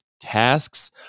tasks